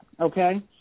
Okay